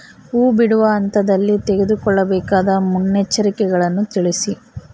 ಹೂ ಬಿಡುವ ಹಂತದಲ್ಲಿ ತೆಗೆದುಕೊಳ್ಳಬೇಕಾದ ಮುನ್ನೆಚ್ಚರಿಕೆಗಳನ್ನು ತಿಳಿಸಿ?